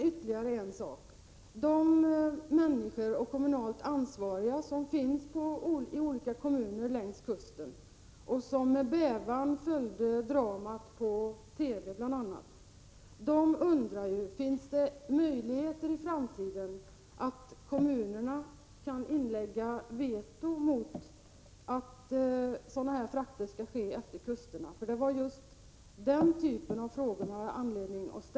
Ytterligare en sak: De människor och de kommunalt ansvariga i kommunerna längs kusten som med bävan följde dramat bl.a. genom TV utsändningarna undrar naturligtvis om det i framtiden kommer att finnas möjlighet för kommunerna att inlägga veto mot att frakter av det här slaget sker längs kusterna. Det är just den typen av frågor man har anledning att — Prot.